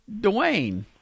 Dwayne